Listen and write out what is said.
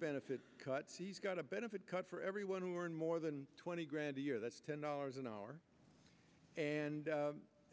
benefit cuts he's got a benefit cut for everyone here and more than twenty grand a year that's ten dollars an hour and